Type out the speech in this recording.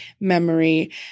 memory